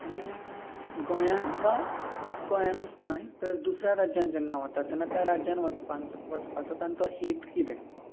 आनी गोंयान वा गोंयानूच न्हय तर दुसऱ्या राज्यान जेन्ना वता तेन्ना त्या राज्यान वचपांचो वचपाचो तांचो हेत कितें